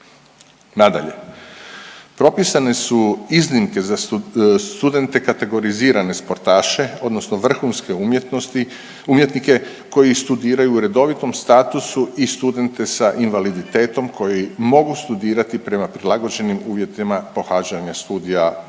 Nadalje, propisane su iznimke za studente kategorizirane sportaše odnosno vrhunske umjetnosti, umjetnike koji studiraju u redovitom statusu i studente sa invaliditetom koji mogu studirati prema prilagođenim uvjetima pohađanja studija ako